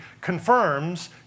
confirms